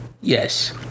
Yes